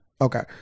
Okay